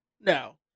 No